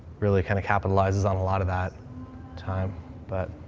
really kind of capitalizes on a lot of that time but